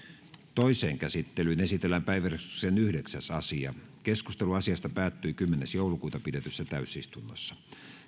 toiseen käsittelyyn esitellään päiväjärjestyksen yhdeksäs asia keskustelu asiasta päättyi kymmenes kahdettatoista kaksituhattayhdeksäntoista pidetyssä täysistunnossa